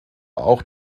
auch